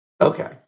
Okay